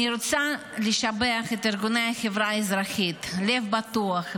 אני רוצה לשבח את ארגוני החברה האזרחית לב בטוח,